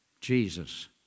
Jesus